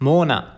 Mona